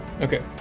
Okay